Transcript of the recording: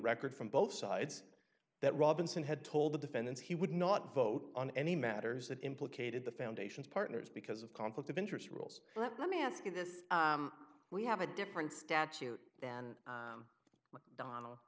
record from both sides that robinson had told the defendants he would not vote on any matters that implicated the foundation's partners because of conflict of interest rules let me ask you this we have a different statute than donald